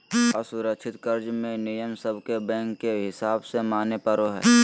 असुरक्षित कर्ज मे नियम सब के बैंक के हिसाब से माने पड़ो हय